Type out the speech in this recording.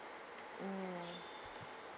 mm